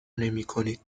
نمیکنید